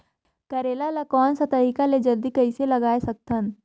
करेला ला कोन सा तरीका ले जल्दी कइसे उगाय सकथन?